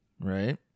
right